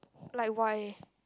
like why